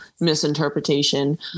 misinterpretation